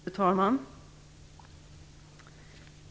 Fru talman!